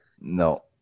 No